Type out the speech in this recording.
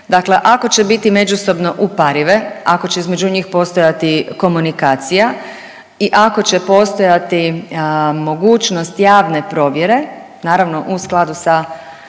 dakle ako će biti međusobno uparive, ako će između njih postojati komunikacija i ako će postojati mogućnost javne provjere, naravno, u skladu sa